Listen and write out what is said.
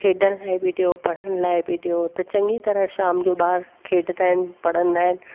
खेॾण लाइ बि ॾियो पढ़ण लाइ बि ॾियो त चङी तरह शाम जो ॿार खेॾंदा आहिनि पढ़ंदा आहिनि